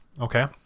Okay